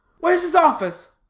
where's his office?